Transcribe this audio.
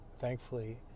thankfully